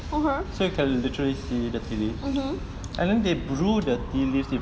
okay mmhmm